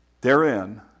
Therein